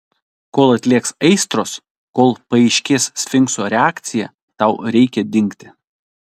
kol atlėgs aistros kol paaiškės sfinkso reakcija tau reikia dingti